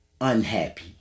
unhappy